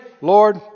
Lord